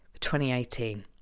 2018